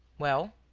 well?